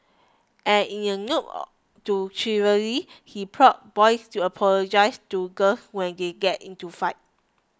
and in a nod to chivalry he prods boys to apologise to girls when they get into fights